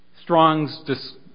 strong's